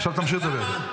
עכשיו תמשיך לדבר.